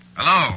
Hello